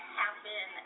happen